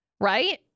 Right